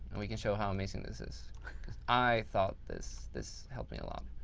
and we can show how amazing this is i thought this this helped me a lot.